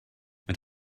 mit